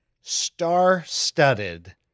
star-studded